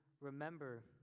remember